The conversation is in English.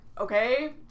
okay